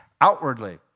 outwardly